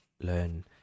learn